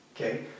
okay